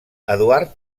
eduard